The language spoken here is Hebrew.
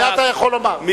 זה אתה יכול לומר,